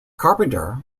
carpenter